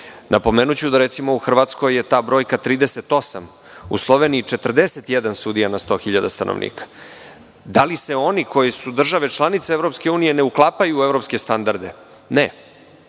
da je recimo u Hrvatskoj ta brojka 38, u Sloveniji 41 sudija na 100.000 stanovnika. Da li se oni, koje su države članice EU ne uklapaju u evropske standarde? Ne.